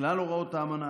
כלל הוראות האמנה,